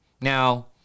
Now